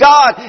God